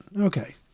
Okay